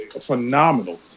phenomenal